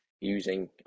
using